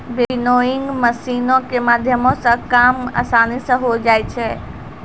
winnowing मशीनो के माध्यमो से काम असानी से होय जाय छै